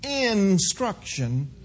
instruction